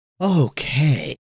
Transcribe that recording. okay